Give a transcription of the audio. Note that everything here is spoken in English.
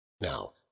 Now